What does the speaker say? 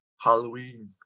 Halloween